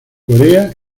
corea